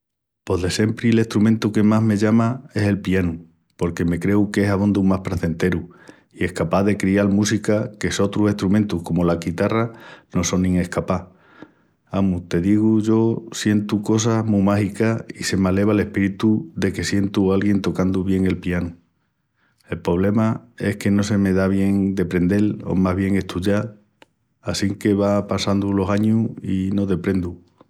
Pos de siempri l'estrumentu que más me llama es el pianu porque me creu qu'es abondu más prazenteru i escapás de crial música que sotrus estrumentus comu la quitarra no sonin escapás. Amus, te digu, yo sientu cosas mu mágicas i se m'aleva l'espíritu deque sientu a alguién tocandu bien el pianu. El pobrema es que no se me da bien deprendel o más bien estudial assinque van passandu los añus i no deprendu.